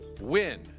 Win